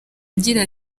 agira